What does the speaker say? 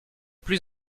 plus